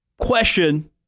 question